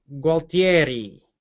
Gualtieri